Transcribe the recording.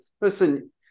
listen